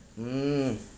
mm